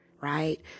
right